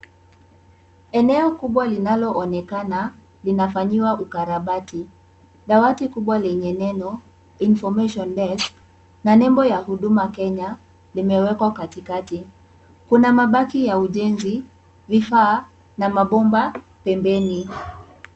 Eneo kubwa linaloonekana linafanyiwa ukarabati, dawati kubwa lenye neno informartion desk na nembo ya Huduma Kenya limewekwa katikati. Kuna mabaki ya ujenzi, vifaa na mabomba pembeni.